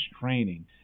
training